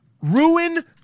Ruin